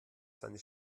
seine